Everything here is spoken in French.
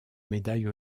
médaille